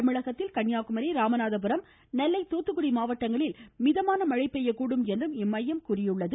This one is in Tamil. தென் தமிழகத்தில் கன்னியாகுமரி இராமநாதபுரம் நெல்லை தூத்துக்குடி மாவட்டங்களில் மிதமான மழை பெய்யக்கூடும் என்று இம்மையம் கூறியுள்ளது